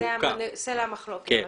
זה סלע המחלות.